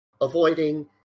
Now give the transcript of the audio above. avoiding